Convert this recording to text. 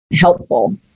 helpful